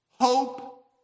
Hope